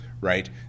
right